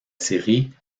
série